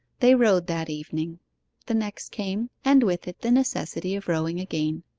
they rowed that evening the next came, and with it the necessity of rowing again.